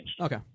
Okay